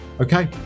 Okay